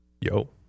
Yo